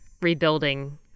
rebuilding